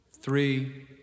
three